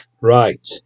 Right